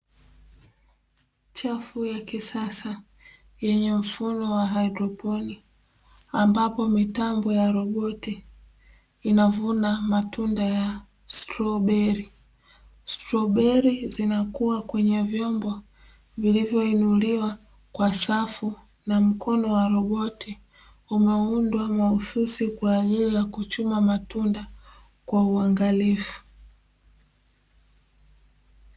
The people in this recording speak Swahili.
Sehemu ya wazi ilio na meza ya rangi nyeupe ikiwa na paketi kubwa ya mbegu ilio na rangi nyeupe na ufito wa kijani, maandishi yake ya rangi ya kijani na nyekundu. Huku yakiandikwa ujazo wa mbegu hizo.